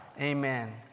Amen